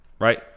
right